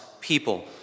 people